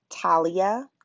Talia